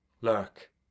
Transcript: lurk